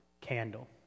candle